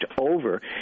over